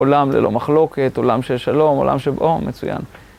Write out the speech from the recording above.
עולם ללא מחלוקת, עולם של שלום, עולם של בואו, מצוין.